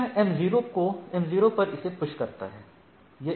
यह m0 पर इसे पुश करता है